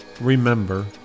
remember